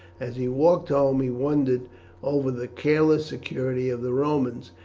as he walked home he wondered over the careless security of the romans,